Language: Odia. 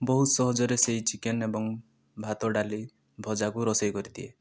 ବହୁତ ସହଜରେ ସେଇ ଚିକେନ ଏବଂ ଭାତ ଡାଲି ଭଜାକୁ ରୋଷେଇ କରିଦିଏ